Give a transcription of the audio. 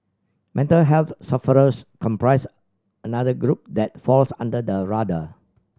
mental health sufferers comprise another group that falls under the radar